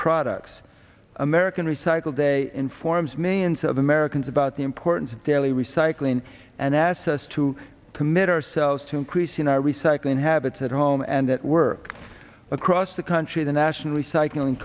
products american recycle day informs me and some of americans about the importance of daily recycling and asks us to commit ourselves to increasing our recycling habits at home and that work across the country the national recycling